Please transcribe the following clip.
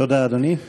תודה, אדוני.